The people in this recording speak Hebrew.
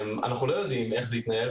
אנחנו לא יודעים איך זה יתנהל,